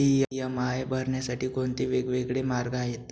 EMI भरण्यासाठी कोणते वेगवेगळे मार्ग आहेत?